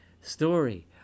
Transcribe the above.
story